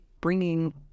bringing